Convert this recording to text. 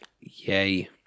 Yay